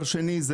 דבר שני,